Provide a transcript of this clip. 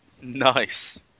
Nice